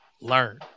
learn